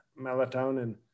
melatonin